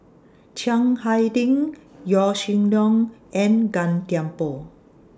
Chiang Hai Ding Yaw Shin Leong and Gan Thiam Poh